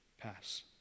pass